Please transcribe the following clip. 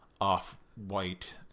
off-white